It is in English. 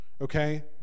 Okay